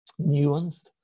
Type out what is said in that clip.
nuanced